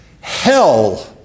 hell